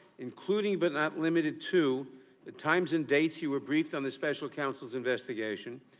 including but not limited to the times and dates you were briefed on the special counsel's investigation,